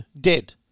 dead